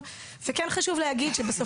וגם כשחזרת הביתה מקורס קצינים לאותו